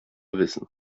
wissen